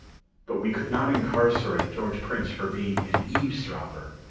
but we could not incarcerate george prince for being an eavesdropper.